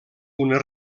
una